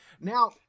Now